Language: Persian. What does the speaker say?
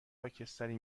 خاکستری